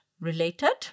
related